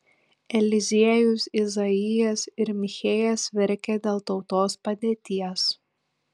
eliziejus izaijas ir michėjas verkė dėl tautos padėties